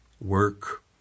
work